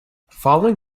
following